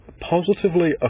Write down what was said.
positively